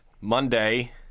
Monday